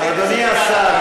אדוני השר,